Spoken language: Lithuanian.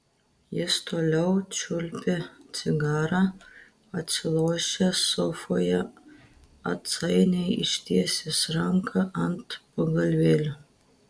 jis toliau čiulpė cigarą atsilošęs sofoje atsainiai ištiesęs ranką ant pagalvėlių